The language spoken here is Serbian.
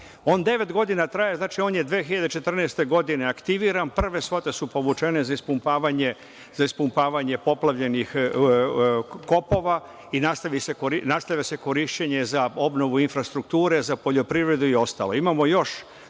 devet godina traje, znači on je 2014. godine aktiviran, prve svote su povučene za ispumpavanje poplavljenih kopova i nastavlja se korišćenje za obnovu infrastrukture, za poljoprivredu i ostalo.